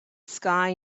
sky